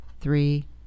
three